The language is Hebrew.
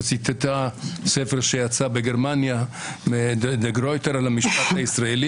וציטטה ספר שיצא בגרמניה על המשפט הישראלי.